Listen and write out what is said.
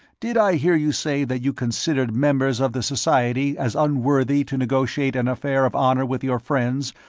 did i hear you say that you considered members of the society as unworthy to negotiate an affair of honor with your friends,